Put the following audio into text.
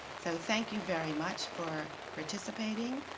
so thank you very much for participating.